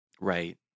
Right